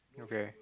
okay